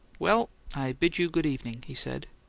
well i bid you good evening, he said,